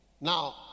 Now